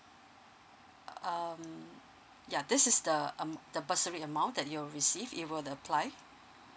um ya this is the um the bursary amount that you'll receive if you apply